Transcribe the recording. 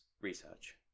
research